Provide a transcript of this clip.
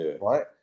right